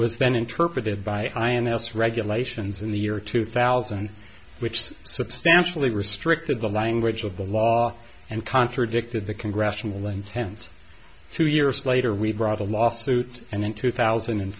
then interpreted by ins regulations in the year two thousand which substantially restricted the language of the law and contradicted the congressional intent two years later we brought a lawsuit and in two thousand and